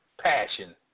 passion